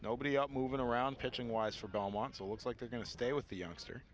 nobody out moving around pitching wise for belmont so looks like they're going to stay with the youngster